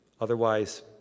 otherwise